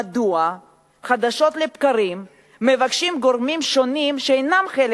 מדוע חדשות לבקרים מבקשים גורמים שונים שאינם חלק